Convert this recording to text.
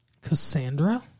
Cassandra